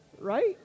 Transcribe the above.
Right